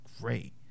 great